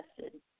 tested